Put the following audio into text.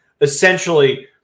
essentially